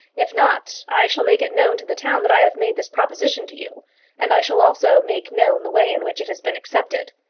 if not, i shall make it known to the town that i have made this proposition to you and i shall also make known the way in which it has been accepted.